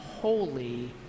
holy